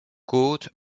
côte